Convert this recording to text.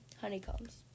Honeycombs